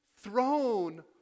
throne